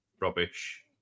rubbish